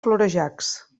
florejacs